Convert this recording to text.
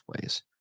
ways